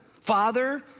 Father